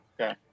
Okay